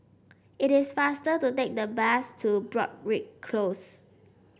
it is faster to take the bus to Broadrick Close